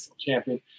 champion